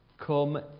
come